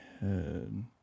head